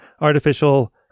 artificial